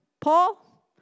Paul